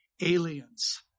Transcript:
aliens